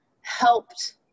helped